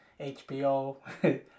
HBO